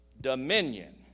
dominion